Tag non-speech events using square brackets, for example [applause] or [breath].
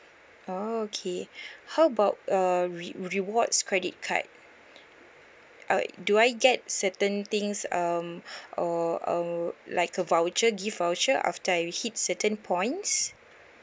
oh okay [breath] how about uh re~ rewards credit card uh do I get certain things um [breath] uh uh like a voucher gift voucher after I hit certain points